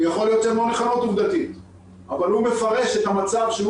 שיכול להיות שהן לא נכונות עובדתית אבל הוא מפרש את המצב שהוא